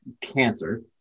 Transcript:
cancer